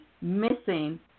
missing